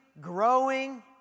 growing